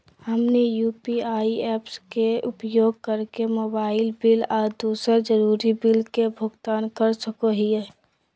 हमनी UPI apps के उपयोग करके मोबाइल बिल आ दूसर जरुरी बिल के भुगतान कर सको हीयई